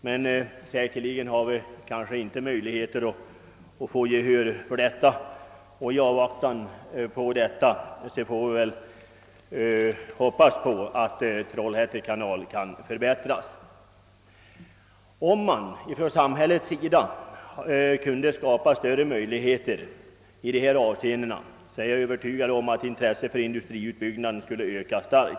Men säkerligen har vi inte möjligheter att få gehör för det, och i avaktan på det får vi väl hoppas att Trollhätte kanal kan förbättras. Om man ifrån samhällets sida kunde skapa större möjligheter i dessa avseenden är jag övertygad om att intresset för industriutbyggnad i Värmland skulle öka kraftigt.